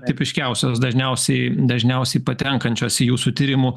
tipiškiausios dažniausiai dažniausiai patenkančios į jūsų tyrimų